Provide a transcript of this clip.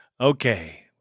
Okay